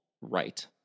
right